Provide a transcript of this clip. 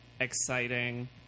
exciting